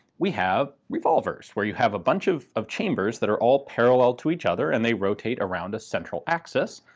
we have revolvers where you have a bunch of of chambers that are all parallel to each other and they rotate around a central axis.